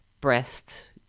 breast